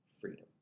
freedom